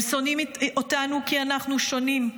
הם שונאים אותנו כי אנחנו שונים,